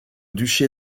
duché